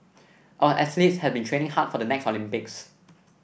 our athletes have been training hard for the next Olympics